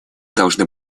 должны